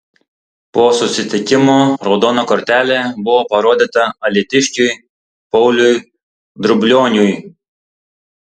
po susitikimo raudona kortelė buvo parodyta alytiškiui pauliui drublioniui